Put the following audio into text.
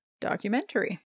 documentary